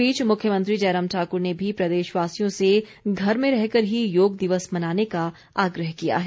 इस बीच मुख्यमंत्री जयराम ठाक्र ने भी प्रदेश वासियों से घर में रहकर ही योग दिवस मनाने का आग्रह किया है